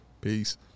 Peace